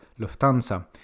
Lufthansa